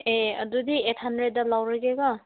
ꯑꯦ ꯑꯗꯨꯗꯤ ꯑꯩꯠ ꯍꯟꯗ꯭ꯔꯦꯗꯇ ꯂꯧꯔꯒꯦꯀꯣ